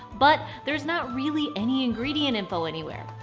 but there's not really any ingredient info anywhere.